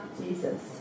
Jesus